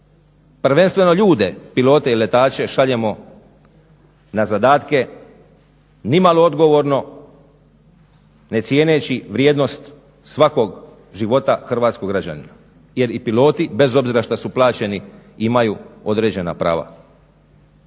prvenstveno ljude, pilote i letače šaljemo na zadatke nimalo odgovorno, ne cijeneći vrijednost svakog života hrvatskog građanina jer i piloti bez obzira što su plaćeni imaju određena prava.